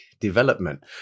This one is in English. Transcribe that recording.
development